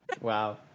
wow